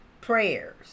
prayers